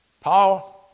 Paul